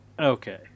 Okay